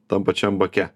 tam pačiam bake